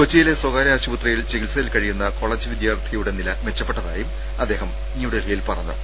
കൊച്ചിയിലെ സ്ഥകാര്യ ആശുപത്രിയിൽ ചികിത്സയിൽ കഴിയുന്ന കൊളേജ് വിദ്യാർത്ഥിയുടെ നില മെച്ചപ്പെട്ടതായും അദ്ദേഹം ന്യൂഡൽഹി യിൽ പറഞ്ഞു